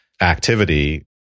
activity